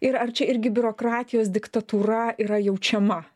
ir ar čia irgi biurokratijos diktatūra yra jaučiama